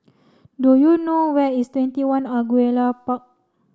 do you know where is TwentyOne Angullia Park